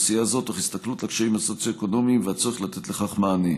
בהסתכלות בקשיים הסוציו-אקונומיים והצורך לתת להם מענה.